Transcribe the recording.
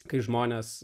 kai žmonės